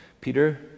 Peter